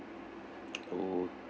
okay